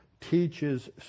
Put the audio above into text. teaches